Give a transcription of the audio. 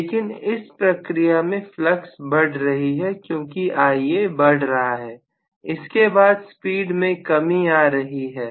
लेकिन इस प्रक्रिया में फ्लक्स बढ़ रही है क्योंकि Ia बढ़ रहा है इसके बाद स्पीड में कमी आ रही है